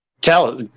tell